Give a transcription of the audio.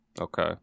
Okay